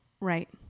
Right